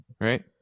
Right